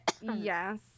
Yes